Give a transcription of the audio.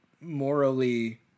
morally